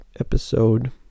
episode